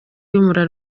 y’umura